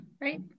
Right